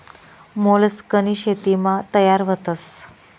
मोलस्कनी शेतीमा तयार व्हतस